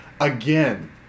again